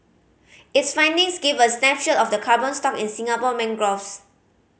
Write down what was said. its findings give a snapshot of the carbon stock in Singapore mangroves